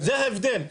זה ההבדל.